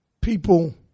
People